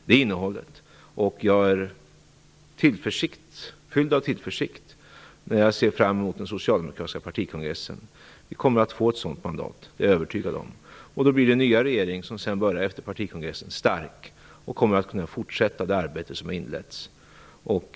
Det är innehållet, och jag är fylld av tillförsikt när jag ser fram emot den socialdemokratiska partikongressen. Vi kommer att få ett sådant mandat. Det är jag övertygad om. Då blir den nya regeringen, som börjar sitt arbete efter partikongressen, stark och kommer att kunna fortsätta det arbete som inletts.